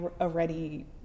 already